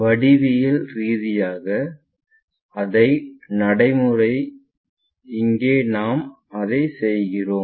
வடிவியல் ரீதியாக அதே நடைமுறை இங்கே நாம் அதைச் செய்கிறோம்